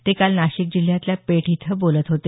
ते काल नाशिक जिल्ह्यातल्या पेठ इथं बोलत होते